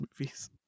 movies